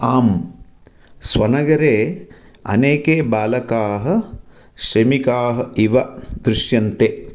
आं स्वनगरे अनेके बालकाः श्रमिकाः इव दृश्यन्ते